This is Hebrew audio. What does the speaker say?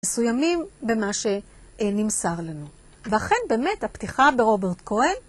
מסוימים במה שנמסר לנו. ואכן באמת הפתיחה ברוברט כהן